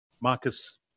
Marcus